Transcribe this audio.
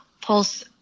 Pulse